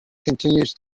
continues